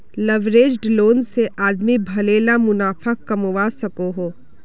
leveraged loan से आदमी भले ला मुनाफ़ा कमवा सकोहो